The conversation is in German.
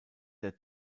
der